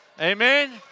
Amen